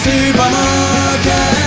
Supermarket